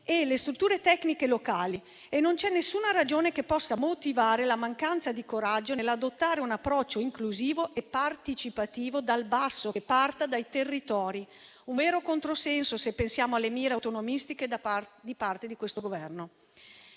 e le strutture tecniche locali e non c'è nessuna ragione che possa motivare la mancanza di coraggio nell'adottare un approccio inclusivo e partecipativo dal basso, che parta dai territori. Un vero controsenso, se pensiamo alle mire autonomistiche di parte del Governo.